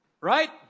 Right